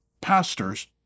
pastors